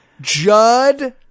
Judd